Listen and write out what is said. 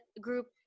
group